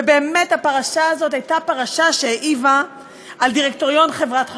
באמת, הפרשה הזאת העיבה על דירקטוריון חברת חשמל,